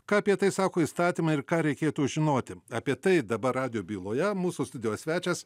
ką apie tai sako įstatymai ir ką reikėtų žinoti apie tai dabar radijo byloje mūsų studijos svečias